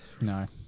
No